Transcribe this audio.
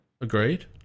Agreed